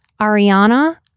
ariana